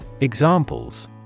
examples